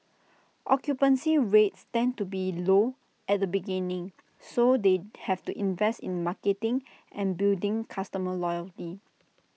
occupancy rates tend to be low at the beginning so they have to invest in marketing and building customer loyalty